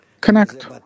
Connect